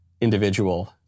individual